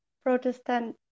Protestant